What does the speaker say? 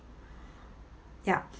ya